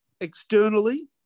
externally